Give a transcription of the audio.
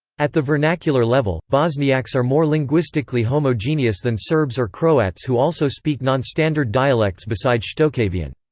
at the vernacular level, bosniaks are more linguistically homogeneous than serbs or croats who also speak non-standard dialects beside shtokavian.